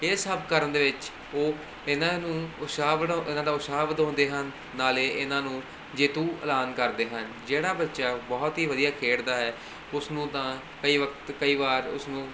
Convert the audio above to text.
ਇਹ ਸਭ ਕਰਨ ਦੇ ਵਿੱਚ ਉਹ ਇਹਨਾਂ ਨੂੰ ਉਤਸ਼ਾਹ ਬਣਾ ਇਹਨਾਂ ਦਾ ਉਤਸ਼ਾਹ ਵਧਾਉਂਦੇ ਹਨ ਨਾਲੇ ਇਹਨਾਂ ਨੂੰ ਜੇਤੂ ਐਲਾਨ ਕਰਦੇ ਹਨ ਜਿਹੜਾ ਬੱਚਾ ਬਹੁਤ ਹੀ ਵਧੀਆ ਖੇਡਦਾ ਹੈ ਉਸ ਨੂੰ ਤਾਂ ਕਈ ਵਕਤ ਕਈ ਵਾਰ ਉਸਨੂੰ